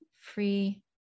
free